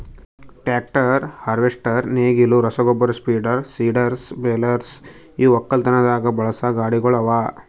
tractor, harvester, ನೇಗಿಲು, ರಸಗೊಬ್ಬರ spreader, seeders, balers ಇವು ಒಕ್ಕಲತನದಾಗ್ ಬಳಸಾ ಗಾಡಿಗೊಳ್ ಅವಾ